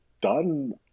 done